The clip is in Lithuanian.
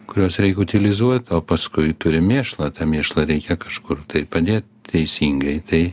kuriuos reik utilizuot o paskui turim mėšlą tą mėšlą reikia kažkur padėt teisingai tai